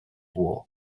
war